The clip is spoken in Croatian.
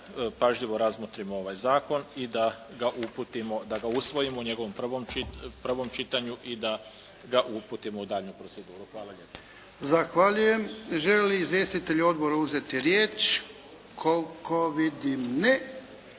pažljivo razmotrimo ovaj zakon i da ga uputimo, da ga usvojimo u njegovom prvom čitanju i da ga uputimo u daljnju proceduru. Hvala lijepo. **Jarnjak, Ivan (HDZ)** Zahvaljujem. Žele li izvjestitelji odbora uzeti riječ? Koliko vidim ne.